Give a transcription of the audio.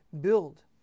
build